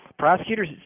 Prosecutors